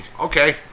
Okay